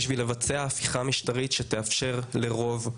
בשביל לבצע הפיכה משטרית שתאפשר לרוב,